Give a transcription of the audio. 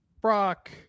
Brock